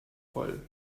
voll